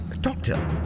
Doctor